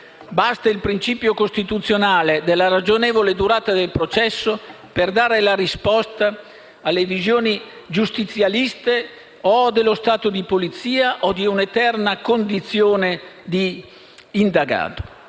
Basta il principio costituzionale della ragionevole durata del processo per dare la risposta alle visioni giustizialiste o dello Stato di polizia o di un'eterna condizione di indagato.